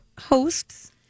hosts